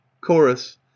chorus